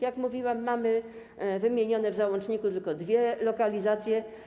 Jak mówiłam, mamy wymienione w załączniku tylko dwie lokalizacje.